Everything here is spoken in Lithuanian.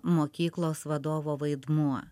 mokyklos vadovo vaidmuo